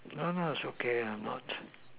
no lah it's okay you're not